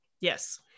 Yes